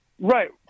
Right